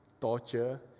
torture